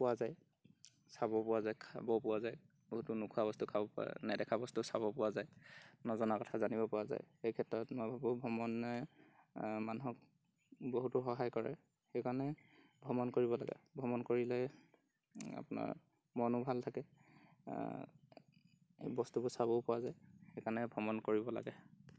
পোৱা যায় চাব পোৱা যায় খাব পোৱা যায় বহুতো নোখোৱা বস্তু খাব পোৱা নেদেখা বস্তু চাব পোৱা যায় নজনা কথা জানিবপৰা যায় এই ক্ষেত্ৰত মই ভাবোঁ ভ্ৰমণে মানুহক বহুতো সহায় কৰে সেইকাৰণে ভ্ৰমণ কৰিব লাগে ভ্ৰমণ কৰিলে আপোনাৰ মনো ভাল থাকে বস্তুবোৰ চাবও পোৱা যায়